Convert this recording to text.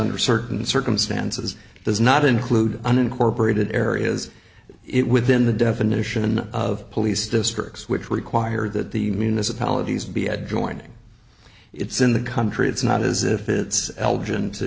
under certain circumstances does not include unincorporated areas it within the definition of police districts which require that the municipalities be a drilling it's in the country it's not as if